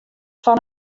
fan